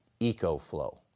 EcoFlow